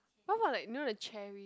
how about like you know the cherry